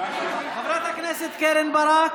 חברת הכנסת קרן ברק,